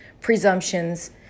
presumptions